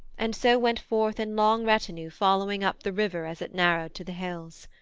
and so went forth in long retinue following up the river as it narrowed to the hills.